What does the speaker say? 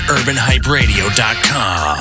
UrbanHyperadio.com